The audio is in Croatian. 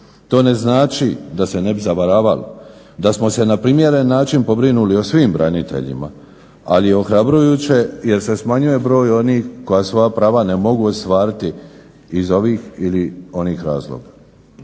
To ne znači, da se ne bi zavaravali, da smo se na primjeren način pobrinuli o svim braniteljima, ali je ohrabrujuće jer se smanjuje broj onih koji svoja prava ne mogu ostvariti iz ovih ili onih razloga.